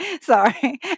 Sorry